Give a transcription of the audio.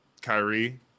Kyrie